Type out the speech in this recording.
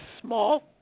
small